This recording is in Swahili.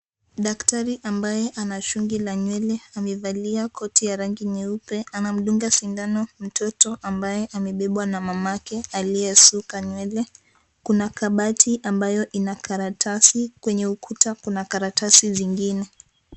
Daktari ambaye ana shungi la nywele amevalia koti ya rangi nyeupe anamdunga sindano mtoto ambaye amebebwa na mamake aliye sukwa nywele. Kuna kabati ambayo ina karatasi kwenye ukuta kuna karatasi zingine.